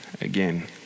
again